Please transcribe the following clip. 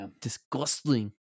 disgusting